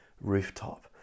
rooftop